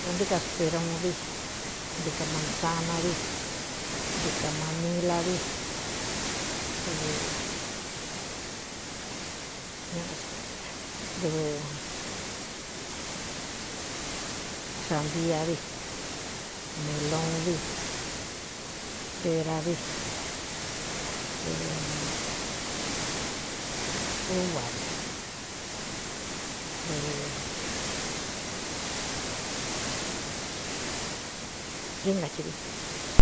Eōndi casperunvi ticamansanavi ntikamānila vi sandiavi meluvi perāvi d úvavi du chíngachɨ vi.